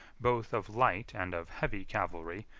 both of light and of heavy cavalry,